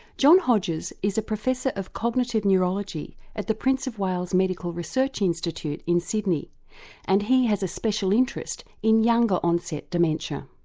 john hodges is a professor of cognitive neurology at the prince of wales medical research institute in sydney and he has a special interest in younger onset dementia.